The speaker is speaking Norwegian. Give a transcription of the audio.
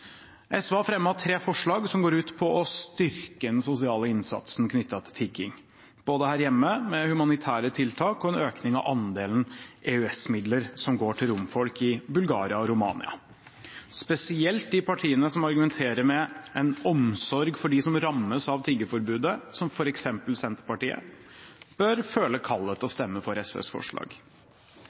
SV har fremmet tre forslag som går ut på å styrke den sosiale innsatsen knyttet til tigging, både her hjemme med humanitære tiltak og med en økning av andelen EØS-midler som går til romfolk i Bulgaria og Romania. Spesielt de partiene som argumenterer med en omsorg for dem som rammes av tiggeforbudet, som f.eks. Senterpartiet, bør føle kallet til å stemme for SVs forslag.